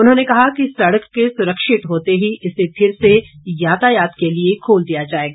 उन्होंने कहा कि सड़क के सुरक्षित होते ही इसे फिर से यातायात के लिए खोल दिया जाएगा